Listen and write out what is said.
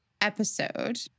episode